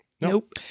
Nope